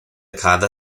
cada